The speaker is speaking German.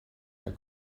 der